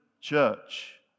church